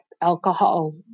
alcohol